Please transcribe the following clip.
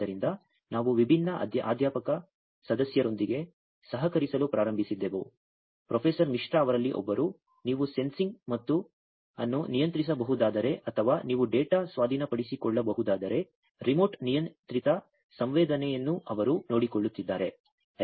ಆದ್ದರಿಂದ ನಾವು ವಿಭಿನ್ನ ಅಧ್ಯಾಪಕ ಸದಸ್ಯರೊಂದಿಗೆ ಸಹಕರಿಸಲು ಪ್ರಾರಂಭಿಸಿದ್ದೇವೆ ಪ್ರೊಫೆಸರ್ ಮಿಶ್ರಾ ಅವರಲ್ಲಿ ಒಬ್ಬರು ನೀವು ಸೆನ್ಸಿಂಗ್ ಅನ್ನು ನಿಯಂತ್ರಿಸಬಹುದಾದರೆ ಅಥವಾ ನೀವು ಡೇಟಾ ಸ್ವಾಧೀನಪಡಿಸಿಕೊಳ್ಳಬಹುದಾದರೆ ರಿಮೋಟ್ ನಿಯಂತ್ರಿತ ಸಂವೇದನೆಯನ್ನು ಅವರು ನೋಡಿಕೊಳ್ಳುತ್ತಿದ್ದಾರೆ